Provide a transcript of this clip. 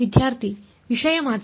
ವಿದ್ಯಾರ್ಥಿ ವಿಷಯ ಮಾತ್ರ